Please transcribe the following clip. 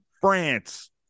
France